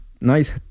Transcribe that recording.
nice